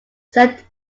said